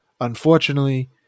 Unfortunately